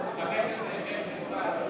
למה אי-אפשר לעשות דיון משולב של 15, 16, 17?